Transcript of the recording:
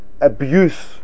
abuse